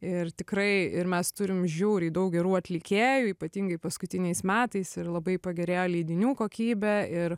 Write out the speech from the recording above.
ir tikrai ir mes turim žiauriai daug gerų atlikėjų ypatingai paskutiniais metais ir labai pagerėjo leidinių kokybė ir